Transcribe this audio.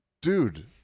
dude